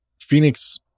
Phoenix